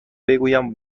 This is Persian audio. بگویم